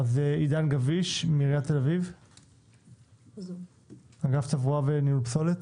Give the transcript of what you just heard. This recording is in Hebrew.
עידן גביש מעיריית תל-אביב מאגף תברואה וניוד פסולת,